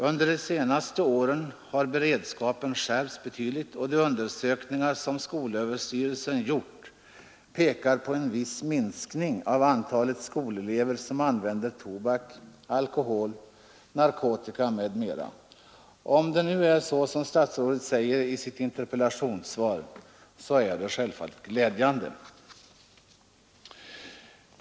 Under de senaste åren har beredskapen skärpts betydligt och de undersökningar som skolöverstyrelsen gjort pekar på en viss minskning av antalet skolelever som använt/använder tobak, alkohol, narkotika m.m.” Om det förhåller sig så som statsrådet säger i svaret, så är detta självfallet mycket glädjande.